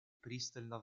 пристально